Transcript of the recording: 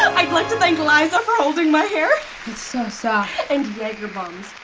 um i'd like to thank liza for holding my hair. it's so soft. and jager bombs